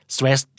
Stress